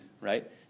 right